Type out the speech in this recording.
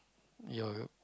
your